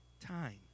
time